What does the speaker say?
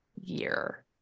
year